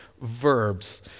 verbs